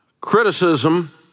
Criticism